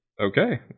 Okay